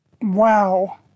Wow